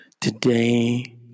Today